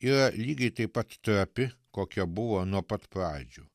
yra lygiai taip pat trapi kokia buvo nuo pat pradžių